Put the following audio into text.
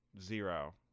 zero